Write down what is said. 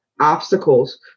obstacles